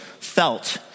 felt